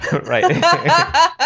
Right